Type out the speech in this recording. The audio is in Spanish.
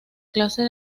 clase